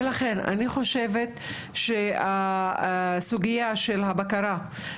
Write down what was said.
ולכן אני חושבת שהסוגיה של הבקרה,